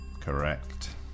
Correct